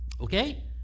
Okay